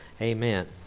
amen